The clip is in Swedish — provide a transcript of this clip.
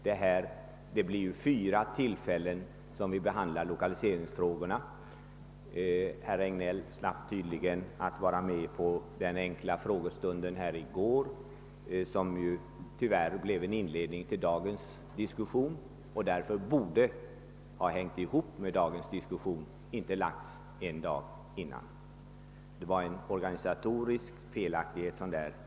Vid fyra tillfällen har den behandlats — herr Regnéll slapp tydligen att vara med på frågestunden i går, som tyvärr blev en inledning till dagens diskussion. Diskussionerna i går och i dag borde ha hängt ihop och den ena borde inte ha kommit en dag före. Det var en organisatorisk felaktighet som begicks.